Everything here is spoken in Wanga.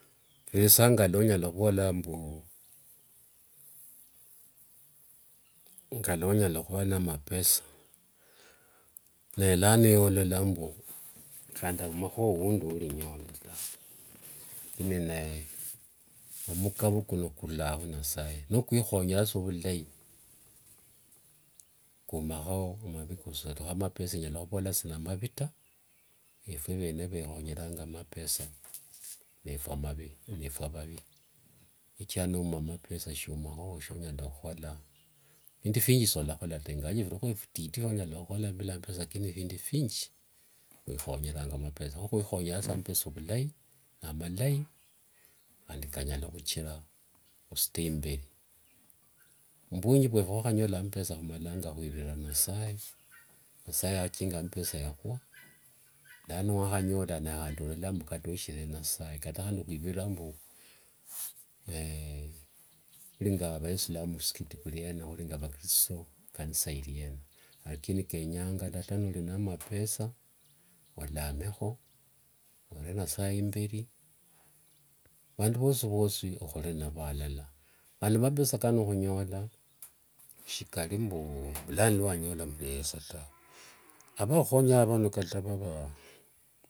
Vilisa ngaluonyala khuvola mbu, nguolonya khuva nende mapesa, nele lano olola mbu handi aumakhowo wundi ulinyola taa. Kini naye, omukavo kuno kurulanga khunyasaye, nokwikhonyera sa vulai kumakho amavi khusialo. Kho mapesa shelanya khuvholakho namanavi taa. Efwe vene kwikhonyeranga mapesa nefue shichira nouma mapesa shiumao shuonyala khukolaa taa. Phindu vinji solakhola taa. Ingawaje khulio nende vititi fwonyala khukola bila mapesa lakini phindu vinji kwikhonyeranga mapesa. Kho nikhwekhonyerasa mapesa ovulai, namalai. Handi kanyala khuchira khusute imberi. Mvunji vwefu khwakhanyola mapesa khumalanga khwivirira nyasaye. Nyasaye yachinga mapesa yakhua. lano niwakhanyola nahandi olola kata uloshire nasaye. Kata handi khwivirira mbu msikiti kuliena, khuninga vakristo, ikanisa iliena. lakini kenyanga ata nolina mapesa, olamekho, ore nasaye imberi. Vandu vosivosi okholere navo alala. Handi mabesa kano khunyola shikali mbu luwanyola mapesa tawe. Avakhukhonya vano kata vavaa.